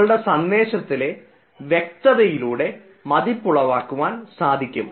നിങ്ങളുടെ സന്ദേശത്തിലെ വ്യക്തതയിലൂടെ മതിപ്പുളവാക്കുവാൻ സാധിക്കും